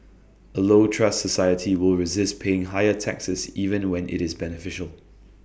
A low trust society will resist paying higher taxes even when IT is beneficial